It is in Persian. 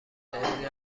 علمی